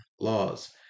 laws